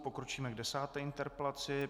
Pokročíme k desáté interpelaci.